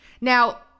Now